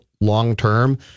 long-term